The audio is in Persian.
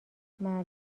مردم